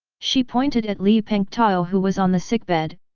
she pointed at li pengtao who was on the sickbed,